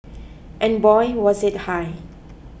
and boy was it high